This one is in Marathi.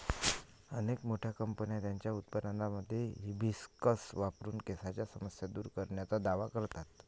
अनेक मोठ्या कंपन्या त्यांच्या उत्पादनांमध्ये हिबिस्कस वापरून केसांच्या समस्या दूर करण्याचा दावा करतात